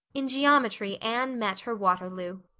in geometry anne met her waterloo.